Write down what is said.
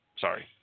Sorry